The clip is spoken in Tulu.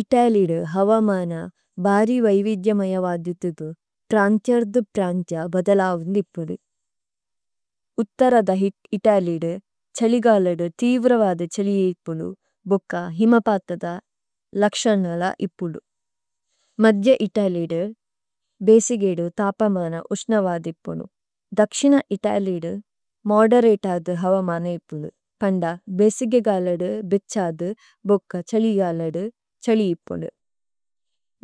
ഇതലിðഉ ഹവമാന ബാരി വൈവിദ്ജമൈഅ വാദിദുഗു പ്രṅത്യര്ദു പ്രṅത്യ ബദലാവന്ദി ഇപുലു। ഉത്തരദ ഹിത് ഇതലിðഉ ഛലിഗാലേദു തിവ്രവദ ഛലിജ ഇപുലു ബോക്ക ഹിമപṭഅദ ലക്ṣഅന്നല ഇപുലു। മദ്ജ ഇതലിðഉ ബേസിഗീദു തപമാന ഉസ്നവാദി ഇപുലു। ദക്ṣഇന ഇതലിðഉ മോദേര്ēതദു ഹവമാന ഇപുലു। കന്ദ ബേസിഗേ ഗാലദു ബിഛദു ബോക്ക ഛലിഗാലേദു ഛലി ഇപുലു।